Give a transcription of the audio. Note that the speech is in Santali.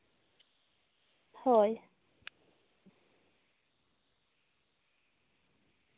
ᱦᱳᱭ